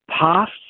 past